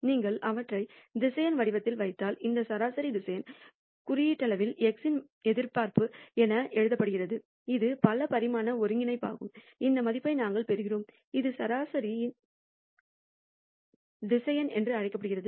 நீங்கள் அவற்றை திசையன் வடிவத்தில் வைத்தால் இந்த சராசரி திசையன் குறியீட்டளவில் x இன் எதிர்பார்ப்பு என எழுதப்படுகிறது இது பல பரிமாண ஒருங்கிணைப்பாகும் இந்த மதிப்பை நாங்கள் பெறுகிறோம் இது சராசரி திசையன் என்று அழைக்கப்படுகிறது